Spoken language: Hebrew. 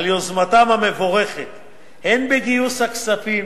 על יוזמתם המבורכת הן בגיוס הכספים